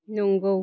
नंगौ